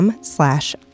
slash